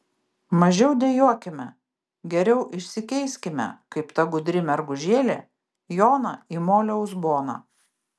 mažiau dejuokime geriau išsikeiskime kaip ta gudri mergužėlė joną į molio uzboną